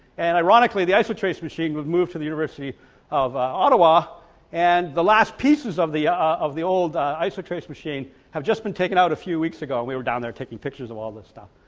and ironically the isotrace machine would move to the university of ottawa and the last pieces of the of the old isotrace machine have just been taken out a few weeks ago we were down there taking pictures of all this stuff.